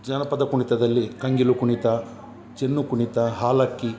ಜನಪದ ಕುಣಿತದಲ್ಲಿ ಕಂಗಿಲು ಕುಣಿತ ಚೆನ್ನು ಕುಣಿತ ಹಾಲಕ್ಕಿ